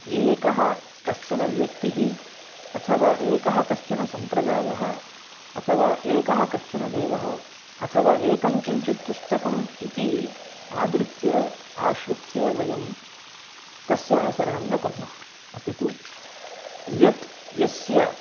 एकः कश्चन व्यक्तिः अथवा एकः कश्चन सम्प्रदायः अथवा एकः कश्चन देवः अथवा एकं किञ्चित् पुस्तकम् इति आदृत्य आश्रित्य वयं तस्य अनुसरणं न कुर्मः अपि तु यत् यस्य